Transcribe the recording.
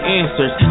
answers